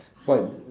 what